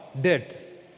debts